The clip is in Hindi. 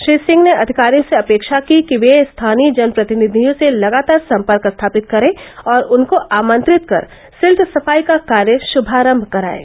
श्री सिंह ने अधिकारियों से अपेक्षा की वे स्थानीय जन प्रतिनिधियों से लगातार संपर्क स्थापित करें और उनको आमंत्रित कर सिल्ट सफाई का कार्य श्रभारम्म करायें